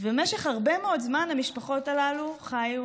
במשך הרבה מאוד זמן המשפחות הללו חיו